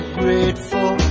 grateful